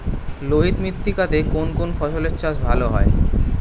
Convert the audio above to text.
লোহিত মৃত্তিকা তে কোন কোন ফসলের চাষ ভালো হয়?